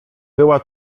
była